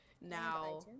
Now